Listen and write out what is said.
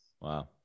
Wow